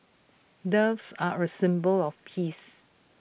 doves are A symbol of peace